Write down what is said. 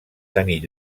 tenir